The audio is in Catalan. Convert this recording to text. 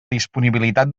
disponibilitat